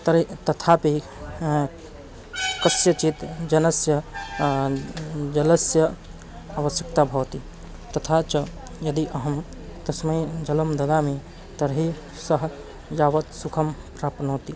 तर्हि तथापि कस्यचित् जनस्य जलस्य आवस्यक्ता भवति तथा च यदि अहं तस्मै जलं ददामि तर्हि सः यावत् सुखं प्राप्नोति